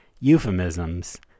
euphemisms